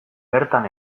bertan